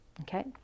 Okay